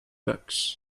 books